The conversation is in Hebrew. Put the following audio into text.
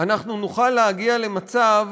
אנחנו נוכל להגיע למצב